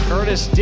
Curtis